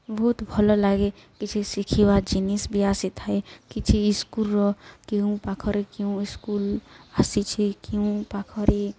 ବହୁତ ଭଲ ଲାଗେ କିଛି ଶିଖିବା ଜିନିଷ୍ ବି ଆସିଥାଏ କିଛି ଇସ୍କୁଲର କେଉଁ ପାଖରେ କେଉଁ ଇସ୍କୁଲ ଆସିଛି କେଉଁ ପାଖରେ